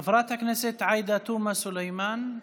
חברת הכנסת עאידה תומא סלימאן,